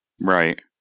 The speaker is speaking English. Right